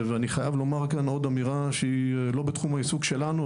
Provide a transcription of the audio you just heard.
ואני חייב לומר כאן עוד אמירה שהיא לא בתחום העיסוק שלנו,